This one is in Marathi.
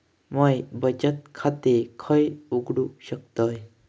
म्या बचत खाते खय उघडू शकतय?